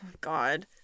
god